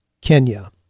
kenya